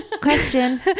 Question